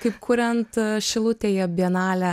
kaip kuriant šilutėje bienalę